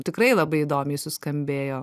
tikrai labai įdomiai suskambėjo